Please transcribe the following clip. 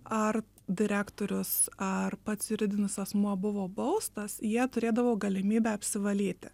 ar direktorius ar pats juridinis asmuo buvo baustas jie turėdavo galimybę apsivalyti